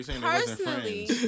personally